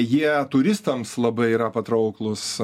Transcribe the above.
jie turistams labai yra patrauklūs